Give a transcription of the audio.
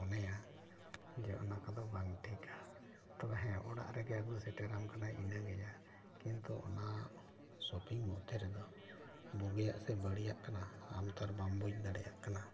ᱢᱚᱱᱮᱭᱟ ᱡᱮ ᱚᱱᱟ ᱠᱚᱫᱚ ᱵᱟᱝ ᱴᱷᱤᱠᱟ ᱛᱚᱵᱮ ᱦᱮᱸ ᱚᱲᱟᱜ ᱨᱮᱜᱮ ᱟᱹᱜᱩ ᱥᱮᱴᱮᱨᱟᱢ ᱠᱟᱱᱟ ᱤᱱᱟᱹᱜᱮ ᱡᱟ ᱠᱤᱱᱛᱩ ᱚᱱᱟ ᱥᱳᱯᱤᱝ ᱢᱚᱫᱫᱷᱮ ᱨᱮᱫᱚ ᱵᱩᱜᱤᱭᱟᱜ ᱥᱮ ᱵᱟᱹᱲᱤᱡᱟᱜ ᱠᱟᱱᱟ ᱟᱢ ᱛᱳ ᱟᱨ ᱵᱟᱢ ᱵᱩᱡ ᱫᱟᱲᱮᱭᱟᱜ ᱠᱟᱱᱟ